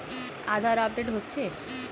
আধার update হচ্ছে?